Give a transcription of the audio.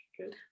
good